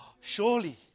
Surely